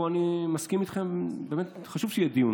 ופה אני מסכים איתכם שבאמת חשוב שיהיה דיון